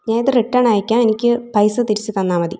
ഞാൻ ഇത് റിട്ടേൺ അയക്കാം എനിക്ക് പൈസ തിരിച്ചു തന്നാൽ മതി